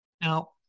Now